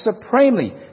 supremely